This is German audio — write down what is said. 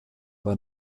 war